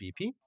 BP